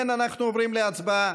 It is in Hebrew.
אנחנו עוברים להצבעה.